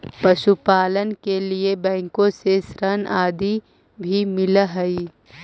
पशुपालन के लिए बैंकों से ऋण आदि भी मिलअ हई